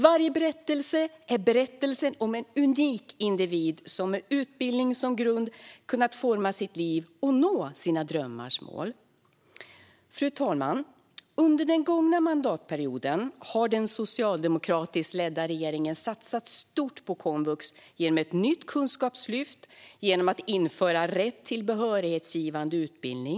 Varje berättelse är berättelsen om en unik individ som med utbildning som grund kunnat forma sitt liv och nå sina drömmars mål. Fru talman! Under den gångna mandatperioden har den socialdemokratiskt ledda regeringen satsat stort på komvux genom ett nytt kunskapslyft och genom att införa en rätt till behörighetsgivande utbildning.